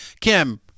Kim